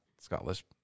Scottish